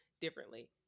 differently